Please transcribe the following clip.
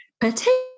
particularly